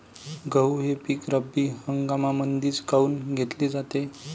गहू हे पिक रब्बी हंगामामंदीच काऊन घेतले जाते?